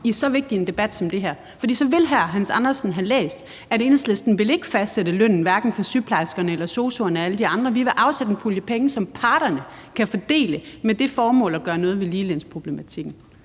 i så vigtig en debat som den her. For hvis han havde gjort det, ville hr. Hans Andersen have læst, at Enhedslisten hverken for sygeplejerskerne eller sosu'erne og alle de andre vil fastsætte lønnen. Vi vil afsætte en pulje penge, som parterne kan fordele med det formål at gøre noget ved ligelønsproblematikken.